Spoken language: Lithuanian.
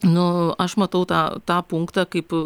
nu aš matau tą tą punktą kaip